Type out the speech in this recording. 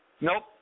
Nope